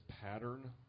pattern